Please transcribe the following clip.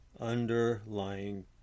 Underlying